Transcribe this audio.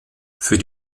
für